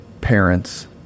parents